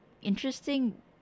interesting